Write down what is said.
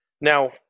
Now